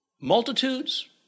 multitudes